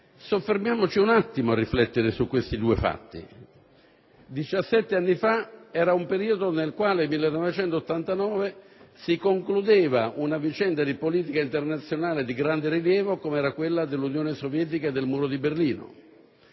Soffermiamoci un attimo a riflettere su questi due fatti. Diciassette anni fa, nel 1989, era un periodo nel quale si concludeva una vicenda di politica internazionale di grande rilievo, com'era quella dell'Unione sovietica e del Muro di Berlino.